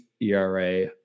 ERA